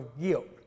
guilt